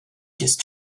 just